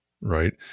Right